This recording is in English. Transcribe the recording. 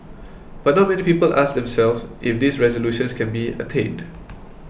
but not many people ask themselves if these resolutions can be attained